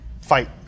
fight